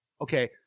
Okay